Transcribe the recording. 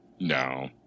No